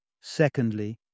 Secondly